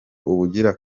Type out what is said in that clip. ubugira